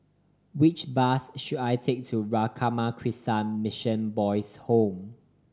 which bus should I take to Ramakrishna Mission Boys' Home